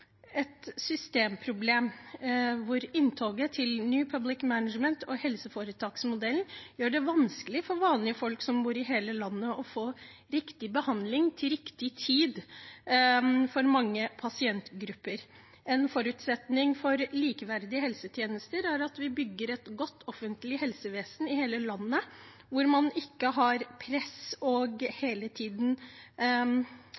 et systemproblem. Inntoget til New Public Management og helseforetaksmodellen gjør det vanskelig for vanlige folk i hele landet og for mange pasientgrupper å få riktig behandling til riktig tid. En forutsetning for likeverdige helsetjenester er at vi bygger et godt offentlig helsevesen i hele landet, hvor man ikke har press og hele tiden må balansere, og der det er lik tilgang og